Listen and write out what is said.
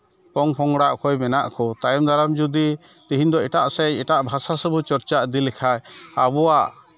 ᱯᱚᱝ ᱯᱚᱝᱲᱟ ᱚᱠᱚᱭ ᱢᱮᱱᱟᱜ ᱠᱚ ᱛᱟᱭᱚᱢ ᱫᱟᱨᱟᱢ ᱚᱠᱚᱭ ᱡᱩᱫᱤ ᱛᱮᱦᱮᱧ ᱫᱚ ᱮᱴᱟᱜ ᱥᱮᱫ ᱮᱴᱟᱜ ᱵᱷᱟᱥᱟ ᱥᱮᱫ ᱵᱚᱱ ᱪᱚᱨᱪᱟ ᱤᱫᱤ ᱞᱮᱠᱷᱟᱡ ᱟᱵᱚᱣᱟᱜ